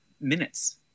minutes